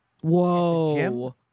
Whoa